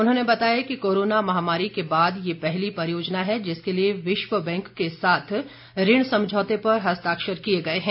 उन्होंने बताया कि कोरोना महामारी के बाद ये पहली परियोजना है जिसके लिए विश्व बैंक के साथ ऋण समझौते पर हस्ताक्षर किए गए हैं